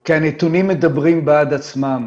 כי הנתונים מדברים בעד עצמם,